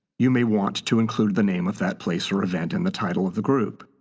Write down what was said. you may want to include the name of that place or event in the title of the group.